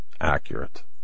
accurate